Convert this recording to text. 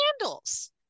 candles